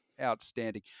outstanding